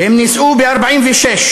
והם נישאו ב-1946.